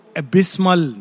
abysmal